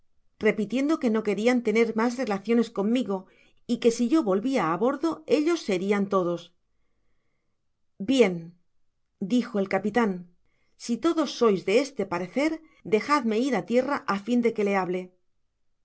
repitiendo que no querian tener mas relaciones conmigo y que si yo volvia á bordo ellos se irian todos a bien dijo el capitan si todos sois de este parecer dejadme ir á tierra á fin de que le hable